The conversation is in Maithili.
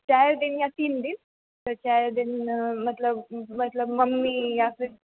चारि दिन या तीन दिन चारि दिन मतलब मम्मी या फेर